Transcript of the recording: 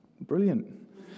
brilliant